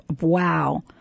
wow